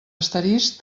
asterisc